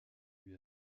lui